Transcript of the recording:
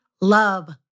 love